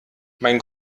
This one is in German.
mein